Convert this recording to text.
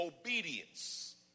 Obedience